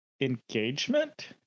engagement